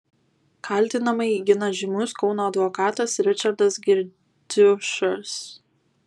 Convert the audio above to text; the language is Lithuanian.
kaltinamąjį gina žymus kauno advokatas ričardas girdziušas